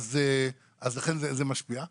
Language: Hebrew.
לכן זה משפיע,